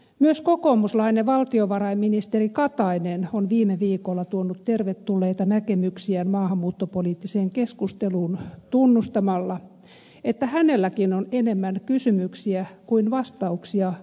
myös kokoomuslainen valtiovarainministeri katainen on viime viikolla tuonut tervetulleita näkemyksiään maahanmuuttopoliittiseen keskusteluun tunnustamalla että hänelläkin on enemmän kysymyksiä kuin vastauksia maahanmuuttopolitiikasta